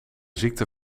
ziekte